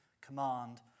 command